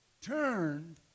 turned